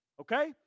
okay